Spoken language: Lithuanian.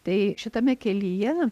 tai šitame kelyje